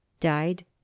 died